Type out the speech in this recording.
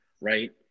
Right